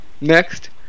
Next